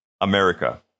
America